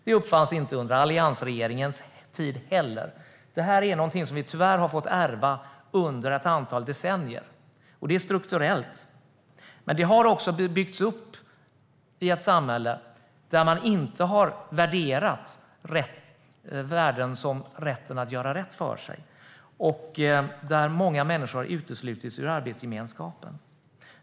Det uppfanns inte heller under alliansregeringens tid. Det är någonting som vi tyvärr fått ärva under ett antal decennier. Det är strukturellt. Det har byggts upp i ett samhälle där man inte har värderat värden som rätten att göra rätt för sig och där många människor har uteslutits ur arbetsgemenskapen.